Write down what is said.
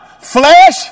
Flesh